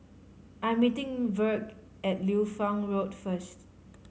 I am meeting Virge at Liu Fang Road first